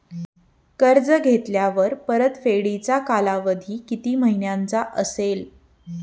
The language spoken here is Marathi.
कर्ज घेतल्यावर परतफेडीचा कालावधी किती महिन्यांचा असेल?